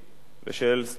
של סטודנטים,